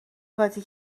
قاطی